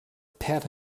pat